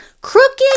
crooked